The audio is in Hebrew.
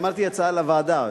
אמרתי: הצעה לוועדה.